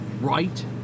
right